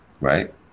right